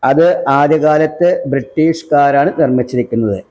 അത് ആദ്യകാലത്ത് ബ്രിട്ടീഷുകാരാണ് നിർമ്മിച്ചിരിക്കുന്നത്